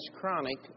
chronic